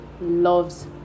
loves